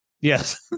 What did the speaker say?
Yes